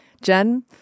Jen